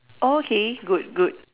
okay good good